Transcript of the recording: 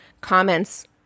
comments